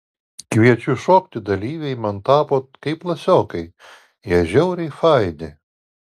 kviečiu šokti dalyviai man tapo kaip klasiokai jie žiauriai faini